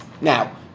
Now